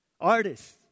Artists